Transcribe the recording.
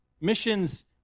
Missions